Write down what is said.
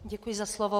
Děkuji za slovo.